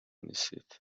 نیستید